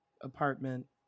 apartment